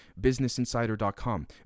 businessinsider.com